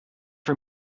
for